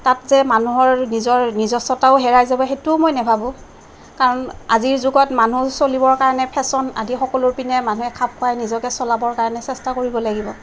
তাত যে মানুহৰ নিজৰ নিজস্বতাও হেৰাই যাব সেইটোও মই নেভাবোঁ কাৰণ আজিৰ যুগত মানুহ চলিবৰ কাৰণে ফেশ্বন আদিৰ সকলো পিনে মানুহে খাপ খুৱাই নিজকে চলাবৰ কাৰণে চেষ্টা কৰিব লাগিব